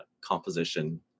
composition